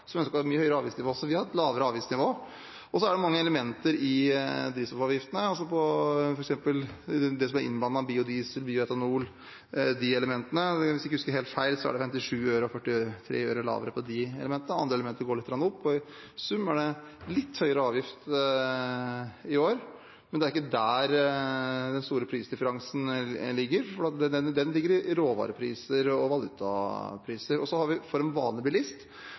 som ønsket et mye høyere avgiftsnivå. Vi har et lavere avgiftsnivå, og så er det mange elementer i drivstoffavgiftene, f.eks. innblandet biodiesel, bioetanol – de elementene. Hvis jeg ikke husker helt feil, er det 57 øre og 43 øre lavere på de elementene. Andre elementer går litt opp, og i sum er det litt høyere avgift i år. Men det er ikke der den store prisdifferansen ligger, for den ligger i råvarepriser og valutapriser. Og